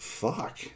fuck